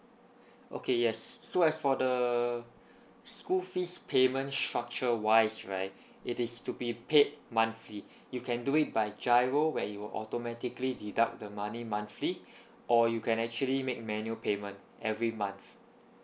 okay yes so as for the school fees payment structure wise right it is to be paid monthly you can do it by GIRO where you will automatically deduct the money monthly or you can actually make manual payment every month